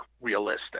realistic